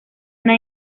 una